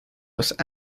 los